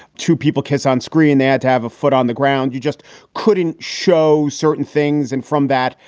two people kiss on screen. they had to have a foot on the ground. you just couldn't show certain things. and from that,